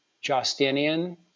Justinian